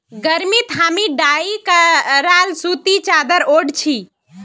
गर्मीत हामी डाई कराल सूती चादर ओढ़ छि